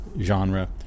genre